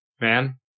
man